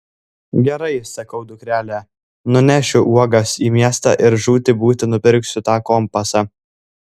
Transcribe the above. gerai sakau dukrele nunešiu uogas į miestą ir žūti būti nupirksiu tą kompasą